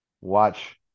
watch